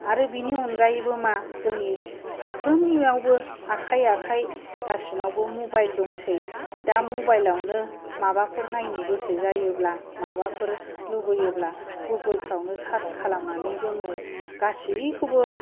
आरो बिनि अनगायैबो मा जोंनि साफ्रोमनियावबो आखाइ आखाइ गासिनावबो मबाइल दंसै दा मबाइलावनो माबाफोर नायनो गोसो जायोब्ला माबाफोर लुबैयोब्ला गुगोलफ्रावनो सार्स खालामनानै जोङो गासैखौबो